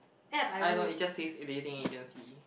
I don't know it just says a dating agency